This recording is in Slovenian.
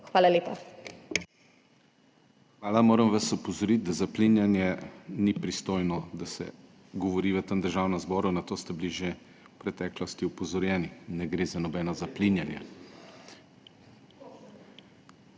KRIVEC:** Hvala. Moram vas opozoriti, da zaplinjanje ni pristojno, da se govori v tem državnem zboru, na to ste bili že v preteklosti opozorjeni. Ne gre za nobeno zaplinjanje.